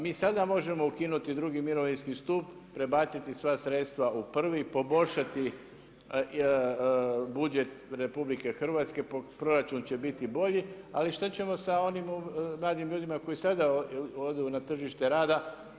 Mi sada možemo ukinuti drugi mirovinski stup, prebaciti sva sredstva u prvi, poboljšati budžet RH proračun će biti bolji ali što ćemo sa onim mladim ljudima koji sada odu na tržište rada?